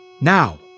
Now